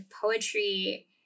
poetry